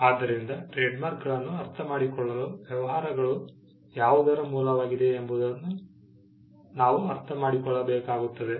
ಆದ್ದರಿಂದ ಟ್ರೇಡ್ಮಾರ್ಕ್ಗಳನ್ನು ಅರ್ಥಮಾಡಿಕೊಳ್ಳಲು ವ್ಯವಹಾರಗಳು ಯಾವುದರ ಮೂಲವಾಗಿದೆ ಎಂಬುದನ್ನು ನಾವು ಅರ್ಥಮಾಡಿಕೊಳ್ಳಬೇಕಾಗುತ್ತದೆ